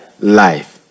life